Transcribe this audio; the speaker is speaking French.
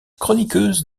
chroniqueuse